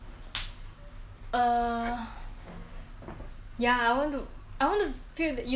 ya I want to I want to feel that you know when you di~ old right you going to die you want to have some meaning